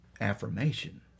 affirmation